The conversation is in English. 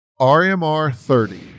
RMR30